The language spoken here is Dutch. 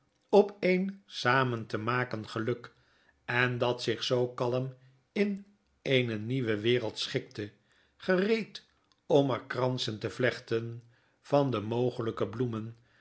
op een samen te smaken geluk en aat zich zoo kalm in eene nieuwe wereld schikte gereed om er kransen te vlechten van de mogelgke bloemen